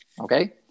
Okay